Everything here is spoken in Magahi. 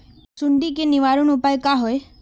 सुंडी के निवारण उपाय का होए?